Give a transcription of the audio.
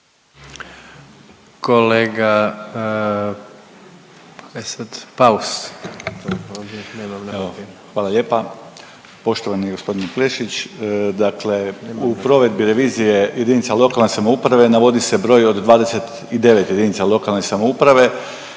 (IDS)** Evo hvala lijepa. Poštovani gospodine Klešić, dakle u provedbi revizije jedinica lokalne samouprave navodi se broj od 29 jedinica lokalne samouprave,